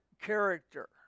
character